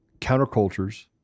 countercultures